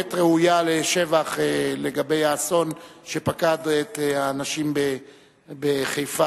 שבאמת ראויה לשבח לגבי האסון שפקד את האנשים בחיפה,